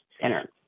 center